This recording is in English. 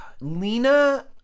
Lena